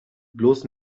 bloß